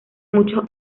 muchos